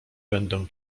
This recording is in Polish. będę